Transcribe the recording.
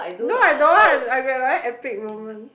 no I don't want I got very epic moment